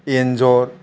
एनजर